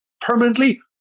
permanently